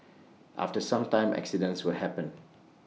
after some time accidents will happen